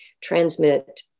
transmit